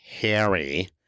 Harry